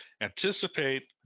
anticipate